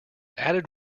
added